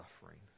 suffering